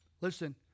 Listen